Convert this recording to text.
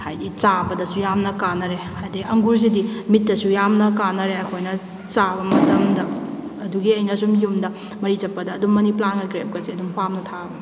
ꯍꯥꯏꯕꯗꯤ ꯆꯥꯕꯗꯁꯨ ꯌꯥꯝꯅ ꯀꯥꯟꯅꯔꯦ ꯍꯥꯏꯕꯗꯤ ꯑꯪꯒꯨꯔꯁꯤꯗꯤ ꯃꯤꯠꯇꯁꯨ ꯌꯥꯝꯅ ꯀꯥꯟꯅꯔꯦ ꯑꯩꯈꯣꯏꯅ ꯆꯥꯕ ꯃꯇꯝꯗ ꯑꯗꯨꯒꯤ ꯑꯩꯅ ꯑꯁꯨꯝ ꯌꯨꯝꯗ ꯃꯔꯤ ꯆꯠꯄꯗ ꯑꯗꯨꯝ ꯃꯅꯤ ꯄ꯭ꯂꯥꯟꯒ ꯒ꯭ꯔꯦꯞꯀꯁꯦ ꯑꯗꯨꯝ ꯄꯥꯝꯅ ꯊꯥꯕꯅꯦ